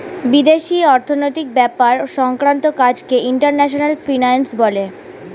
বিদেশি অর্থনৈতিক ব্যাপার সংক্রান্ত কাজকে ইন্টারন্যাশনাল ফিন্যান্স বলে